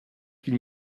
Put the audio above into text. qu’il